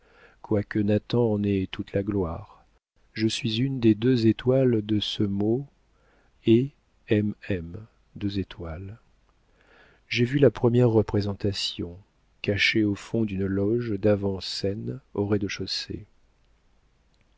quoique nathan en ait toute la gloire je suis une des deux étoiles de ce mot et mm j'ai vu la première représentation cachée au fond d'une loge d'avant-scène au rez-de-chaussée